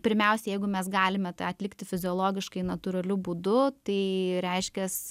pirmiausia jeigu mes galime tą atlikti fiziologiškai natūraliu būdu tai reiškias